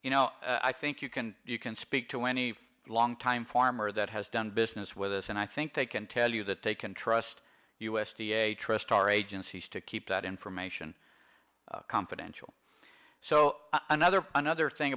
you know i think you can you can speak to any long time farmer that has done business with us and i think they can tell you that they can trust us to trust our agencies to keep that information confidential so another another thing